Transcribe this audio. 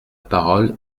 parole